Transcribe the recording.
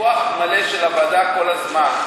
עם פיקוח מלא של הוועדה כל הזמן,